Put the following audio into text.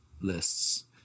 lists